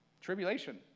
Tribulation